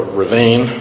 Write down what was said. ravine